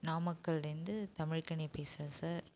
நாமக்கல்லேருந்து தமிழ்கனி பேசுகிறேன் சார்